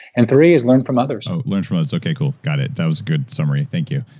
and three is learn from others. oh, learn from others. okay. cool. got it. that was good summary. thank you.